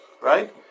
right